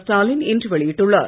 ஸ்டாலின் இன்று வெளியிட்டுள்ளார்